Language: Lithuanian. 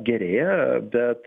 gerėja bet